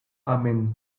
amen